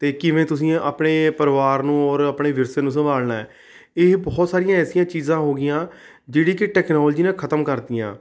ਅਤੇ ਕਿਵੇਂ ਤੁਸੀਂ ਆਪਣੇ ਪਰਿਵਾਰ ਨੂੰ ਔਰ ਆਪਣੇ ਵਿਰਸੇ ਨੂੰ ਸੰਭਾਲਣਾ ਇਹ ਬਹੁਤ ਸਾਰੀਆਂ ਐਸੀਆਂ ਚੀਜ਼ਾਂ ਹੋ ਗਈਆਂ ਜਿਹੜੀਆਂ ਕਿ ਟੈਕਨੋਲਜੀ ਨੇ ਖ਼ਤਮ ਕਰਤੀਆਂ